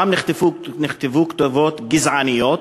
נכתבו שם כתובות גזעניות